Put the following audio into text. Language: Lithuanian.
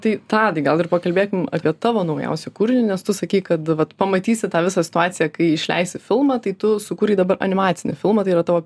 tai tadai gal ir pakalbėkim apie tavo naujausią kūrinį nes tu sakei kad vat pamatysi tą visą situaciją kai išleisi filmą tai tu sukūrei dabar animacinį filmą tai yra tavo